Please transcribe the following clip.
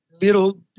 middle